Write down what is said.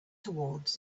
toward